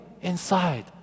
inside